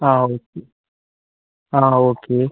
അതെ ഓക്കെ അതെ ഓക്കെ